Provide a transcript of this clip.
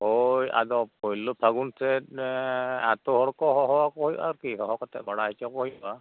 ᱦᱳᱭ ᱟᱫᱚ ᱯᱳᱭᱞᱳ ᱯᱷᱟᱹᱜᱩᱱ ᱥᱮᱫ ᱟᱛᱳ ᱦᱚᱲ ᱠᱚ ᱦᱚᱦᱚ ᱟᱠᱚ ᱦᱩᱭᱩᱜᱼᱟ ᱦᱚᱦᱚ ᱠᱟᱛᱮᱜ ᱵᱟᱲᱟᱭ ᱦᱚᱪᱚ ᱠᱚ ᱦᱩᱭᱩᱜᱼᱟ